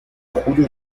julio